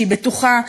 שהיא בטוחה,